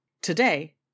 Today